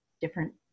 different